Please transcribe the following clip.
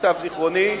למיטב זיכרוני,